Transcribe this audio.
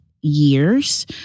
years